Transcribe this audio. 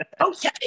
okay